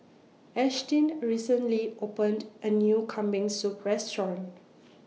Ashtyn recently opened A New Kambing Soup Restaurant